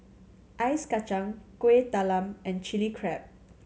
Ice Kachang Kuih Talam and Chilli Crab